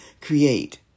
create